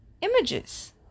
images